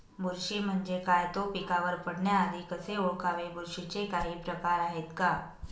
बुरशी म्हणजे काय? तो पिकावर पडण्याआधी कसे ओळखावे? बुरशीचे काही प्रकार आहेत का?